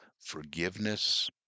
forgiveness